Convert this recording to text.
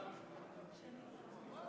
32, נגד,